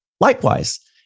Likewise